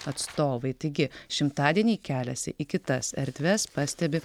atstovai taigi šimtadieniai keliasi į kitas erdves pastebi